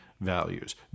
values